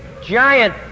giant